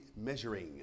measuring